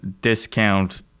discount